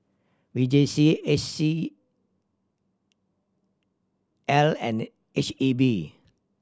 V J C C I and H E B